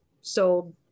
sold